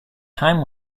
time